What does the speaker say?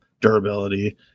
durability